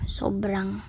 sobrang